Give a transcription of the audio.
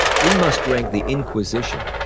we must rank the inquisition,